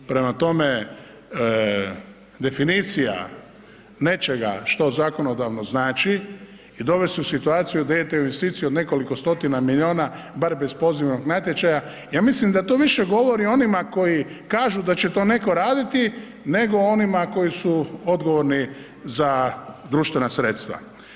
Prema tome, definicija nečega što zakonodavno znači je dovesti u situaciju da idete u investiciju od nekoliko stotina milijuna bar bez pozivnog natječaja, ja mislim da to više govori o onima koji kažu da će to neko raditi nego o onima koji su odgovorni za društvena sredstva.